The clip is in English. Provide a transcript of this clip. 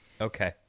Okay